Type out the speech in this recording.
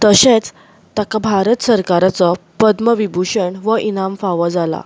तशेंच ताका भारत सरकाराचो पद्म विभुषण वो इनाम फावो जाला